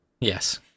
Yes